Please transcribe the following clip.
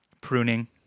pruning